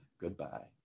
Goodbye